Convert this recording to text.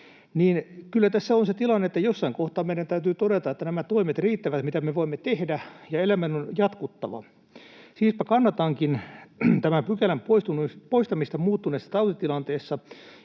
Kyllä tässä on se tilanne, että jossain kohtaa meidän täytyy todeta, että nämä toimet riittävät, mitä me voimme tehdä, ja elämän on jatkuttava. Siispä kannatankin tämän pykälän poistamista muuttuneessa tautitilanteessa